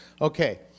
Okay